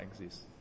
exist